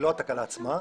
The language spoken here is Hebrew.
היא לא התקלה עצמה.